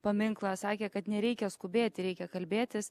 paminklą sakė kad nereikia skubėti reikia kalbėtis